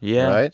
yeah